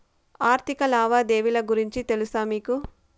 ఆర్థిక లావాదేవీల గురించి తెలుసా మీకు